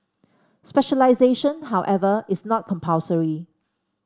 specialisation however is not compulsory